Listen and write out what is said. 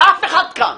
אף אחד כאן.